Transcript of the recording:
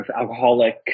alcoholic